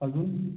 अजून